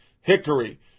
Hickory